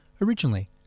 Originally